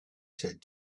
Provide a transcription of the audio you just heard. said